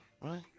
right